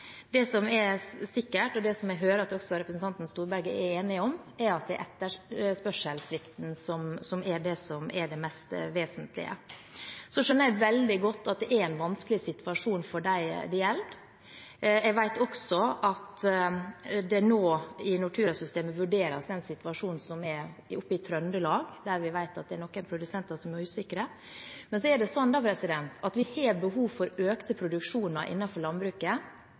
Det som er sikkert, og som jeg hører at representanten Storberget også er enig i, er at det er etterspørselssvikten som er det mest vesentlige. Så skjønner jeg veldig godt at det er en vanskelig situasjon for dem det gjelder. Jeg vet også at en nå i Nortura-systemet vurderer den situasjonen som er oppe i Trøndelag, der vi vet at det er noen produsenter som er usikre. Men så er det slik at vi har behov for økte produksjoner innenfor landbruket,